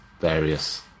various